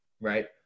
right